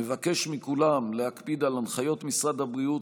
נבקש מכולם להקפיד על הנחיות משרד הבריאות,